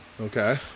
Okay